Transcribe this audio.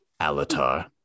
Alatar